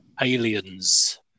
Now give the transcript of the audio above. Aliens